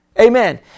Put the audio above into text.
Amen